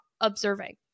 observing